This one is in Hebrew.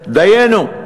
דיינו.